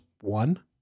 one